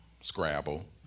scrabble